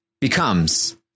becomes